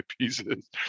pieces